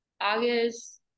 August